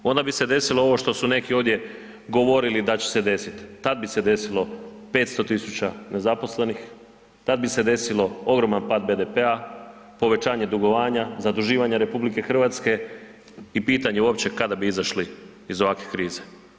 Onda bi se desilo ovo što su neki ovdje govorili da će se desiti, tada bi se desilo 500.000 nezaposlenih, tad bi se desilo ogroman pad BDP-a, povećanja dugovanja, zaduživanja RH i pitanje uopće kada bi izašli iz ovakve krize.